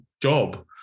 job